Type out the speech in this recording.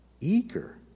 eager